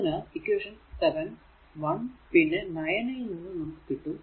അതിനാൽ ഇക്വേഷൻ 7 1 പിന്നെ 9 ൽ നിന്നും നമുക്ക് കിട്ടും